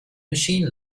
machine